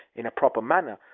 in a proper manner,